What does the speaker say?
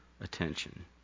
attention